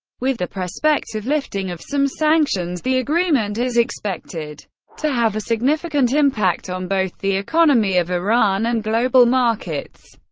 with the prospective lifting of some sanctions, the agreement is expected to have a significant impact on both the economy of iran and global markets.